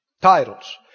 Titles